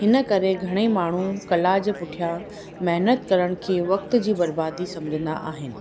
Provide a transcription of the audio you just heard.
इन करे घणे माण्हू कला जे पुठियां महनत करण खे वक़्त जी बर्बादी सम्झंदा आहिनि